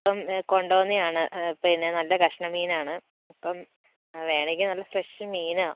ഇപ്പം കൊണ്ടന്നെയാണ് പിന്നെ നല്ല കഷ്ണം മീൻ ആണ് അപ്പം വേണമെങ്കിൽ നല്ല ഫ്രഷ് മീൻ ആ